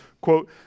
quote